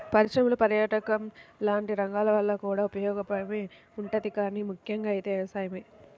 పరిశ్రమలు, పర్యాటకం లాంటి రంగాల వల్ల కూడా ఉపయోగమే ఉంటది గానీ ముక్కెంగా అయితే వ్యవసాయమే